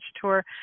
tour